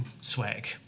swag